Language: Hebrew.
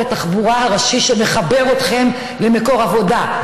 התחבורה הראשי שמחבר אתכם למקור עבודה,